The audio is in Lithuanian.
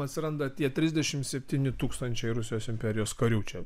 atsiranda tie trisdešimt septyni tūkstančiai rusijos imperijos karių čia